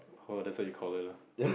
orh that's what you call it lah